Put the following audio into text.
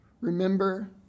Remember